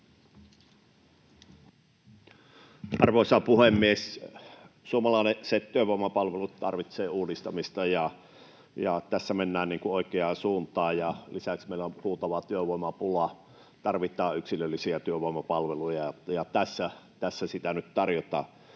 Arvoisa puhemies! Suomalaiset työvoimapalvelut tarvitsevat uudistamista, ja tässä mennään oikeaan suuntaan. Lisäksi meillä on huutava työvoimapula, tarvitaan yksilöllisiä työvoimapalveluja, ja tässä niitä nyt tarjotaan.